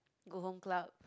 go home club